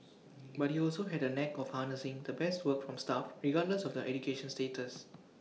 but he also had A knack for harnessing the best work from staff regardless of their education status